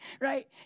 right